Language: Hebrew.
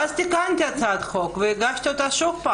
ואז תיקנתי את הצעת החוק והגשתי אותה שוב,